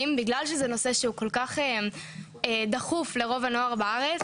בגלל שזה נושא דחוף לרוב הנוער בארץ.